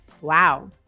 Wow